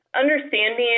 understanding